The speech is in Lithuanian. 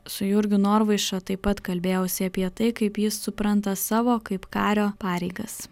su jurgiu norvaiša taip pat kalbėjausi apie tai kaip jis supranta savo kaip kario pareigas